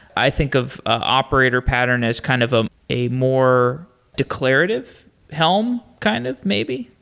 i think of operator pattern as kind of ah a more declarative helm, kind of maybe?